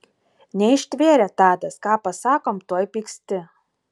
neištvėrė tadas ką pasakom tuoj pyksti